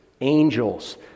angels